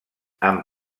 han